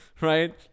right